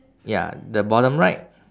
ya the bottom right